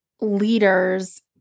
leaders